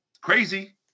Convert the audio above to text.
Crazy